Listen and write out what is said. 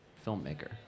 filmmaker